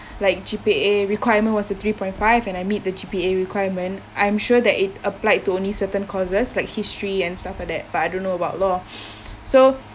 like G_P_A requirement was a three point five and I meet the G_P_A requirement I'm sure that it applied to only certain courses like history and stuff like that but I don't know about law so